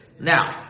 Now